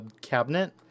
cabinet